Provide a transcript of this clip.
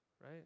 Right